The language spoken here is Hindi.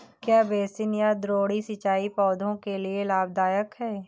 क्या बेसिन या द्रोणी सिंचाई पौधों के लिए लाभदायक है?